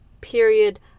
period